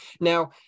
Now